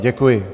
Děkuji.